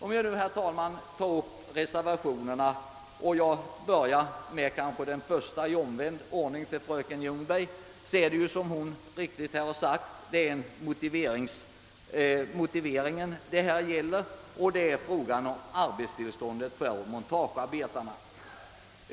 Om jag sedan tar upp reservationerna till statsutskottets utlåtande i tur och ordning, så är det riktigt som fröken Ljungberg säger, att reservation nr 1 gäller motiveringen. Denna reservation behandlar frågan om arbetstillstånd för montagearbetarna.